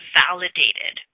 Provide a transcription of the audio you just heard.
validated